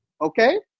okay